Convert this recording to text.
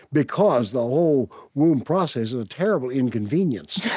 because the whole womb process is a terrible inconvenience